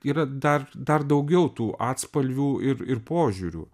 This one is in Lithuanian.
yra dar dar daugiau tų atspalvių ir ir požiūrių